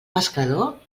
pescador